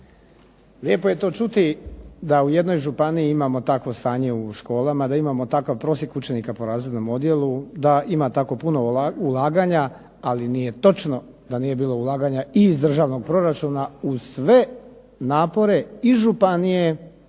lijepo je to čuti da u jednoj županiji imamo takvo stanje u školama, da imamo takav prosjek učenika po razrednom odjelu, da ima tako puno ulaganja, ali nije točno da nije bilo ulaganja i iz državnog proračuna uz sve napore iz županije